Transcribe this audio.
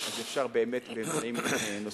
אז אפשר באמת באמצעים נוספים.